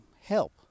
help